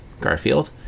Garfield